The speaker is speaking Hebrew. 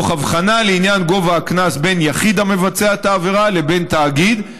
תוך הבחנה לעניין גובה הקנס בין יחיד המבצע את העבירה לבין תאגיד,